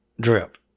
drip